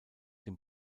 dem